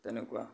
তেনেকুৱা